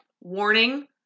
Warning